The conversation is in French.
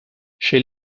chez